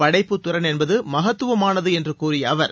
படைப்பு திறன் என்பது மகத்துவமானது என்று கூறிய அவர்